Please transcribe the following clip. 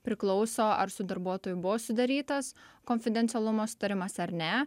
priklauso ar su darbuotoju buvo sudarytas konfidencialumo sutarimas ar ne